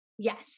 Yes